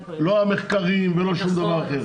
לא המחקרים ולא שום דבר אחר.